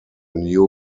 new